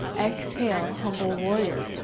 exhale, humble warrior.